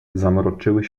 zamroczyły